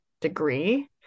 degree